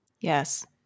Yes